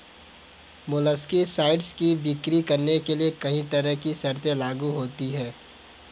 molluscicides की बिक्री करने के लिए कहीं तरह की शर्तें लागू होती है